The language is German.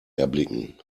erblicken